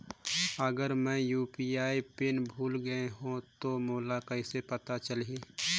अगर मैं UPI PIN भुल गये हो तो मोला कइसे पता चलही?